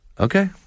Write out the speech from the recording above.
Okay